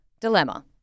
Dilemma